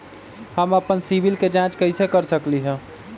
हम अपन सिबिल के जाँच कइसे कर सकली ह?